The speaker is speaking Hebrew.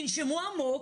תנשמו עמוק,